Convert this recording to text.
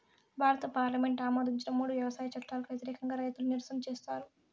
భారత పార్లమెంటు ఆమోదించిన మూడు వ్యవసాయ చట్టాలకు వ్యతిరేకంగా రైతులు నిరసన చేసారు